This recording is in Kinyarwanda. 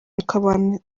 abantu